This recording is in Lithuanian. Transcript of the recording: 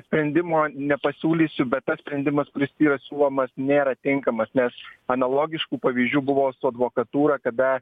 sprendimo nepasiūlysiu bet tas sprendimas kuris yra siūlomas nėra tinkamas nes analogiškų pavyzdžių buvo su advokatūra kada